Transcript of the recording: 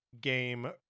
game